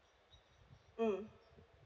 mm